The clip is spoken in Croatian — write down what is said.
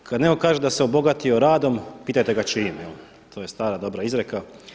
Kada neko kaže da se obogatio radom, pitajte ga čijim jel to je stara dobra izreka.